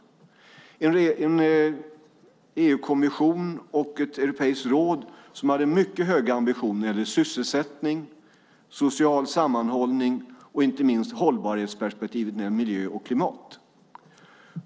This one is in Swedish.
Det var en EU-kommission och ett europeiskt råd som hade mycket höga ambitioner när det gällde sysselsättning, social sammanhållning och inte minst hållbarhetsperspektivet med miljö och klimat.